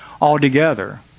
altogether